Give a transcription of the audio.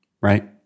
right